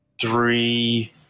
three